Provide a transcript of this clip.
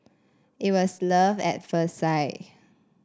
it was love at first sight